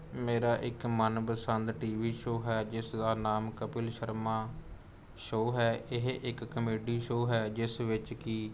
ਮੇਰਾ ਇੱਕ ਮਨਪਸੰਦ ਟੀ ਵੀ ਸ਼ੋਅ ਹੈ ਜਿਸ ਦਾ ਨਾਮ ਕਪਿਲ ਸ਼ਰਮਾ ਸ਼ੋਅ ਹੈ ਇਹ ਇੱਕ ਕਾਮੇਡੀ ਸ਼ੋਅ ਹੈ ਜਿਸ ਵਿੱਚ ਕਿ